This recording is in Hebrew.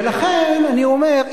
ולכן אני אומר,